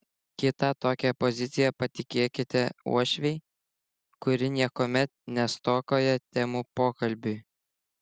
kitą tokią poziciją patikėkite uošvei kuri niekuomet nestokoja temų pokalbiui